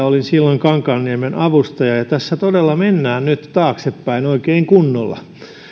olin silloin kankaanniemen avustaja tässä todella mennään nyt taaksepäin oikein kunnolla